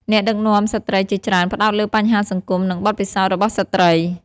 អ្នកដឹកនាំស្ត្រីជាច្រើនផ្តោតលើបញ្ហាសង្គម និងបទពិសោធន៍របស់ស្ត្រី។